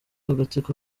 agatsiko